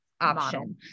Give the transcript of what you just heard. option